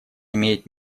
имеет